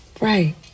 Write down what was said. Right